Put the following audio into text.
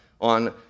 on